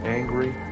angry